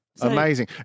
Amazing